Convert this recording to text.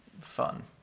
fun